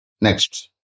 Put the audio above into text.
Next